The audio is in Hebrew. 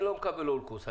אני לא מקבל אולקוס,